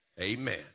Amen